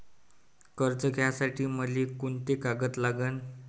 कर्ज घ्यासाठी मले कोंते कागद लागन?